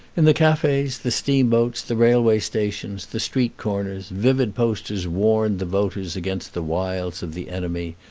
in the cafes, the steamboats, the railway stations, the street corners, vivid posters warned the voters against the wiles of the enemy,